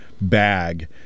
bag